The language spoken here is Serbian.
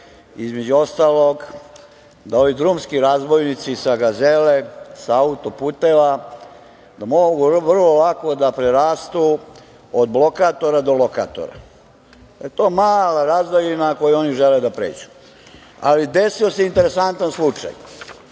između ostalog, da ovi drumski razbojnici sa Gazele, sa autoputeva, mogu vrlo lako da prerastu od blokatora do lokatora. Jer, to je mala razdaljina koju oni žele da pređu. Ali, desio se interesantan slučaj.